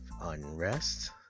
unrest